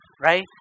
right